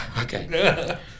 Okay